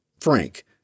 Frank